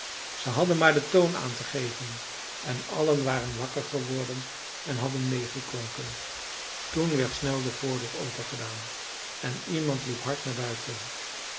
ze hadden maar den toon aan te geven en allen waren wakker geworden en hadden meêgeklonken toen werd snel de voordeur opengedaan en iemand liep hard naar buiten